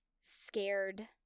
scared